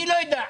אני לא יודע.